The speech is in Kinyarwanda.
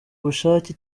bushake